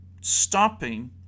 stopping